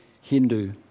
Hindu